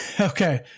Okay